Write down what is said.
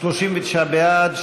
עמר בר-לב,